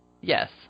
Yes